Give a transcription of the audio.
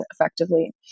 effectively